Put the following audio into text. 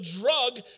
drug